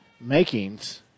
makings